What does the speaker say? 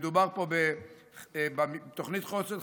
בתוכנית חושן,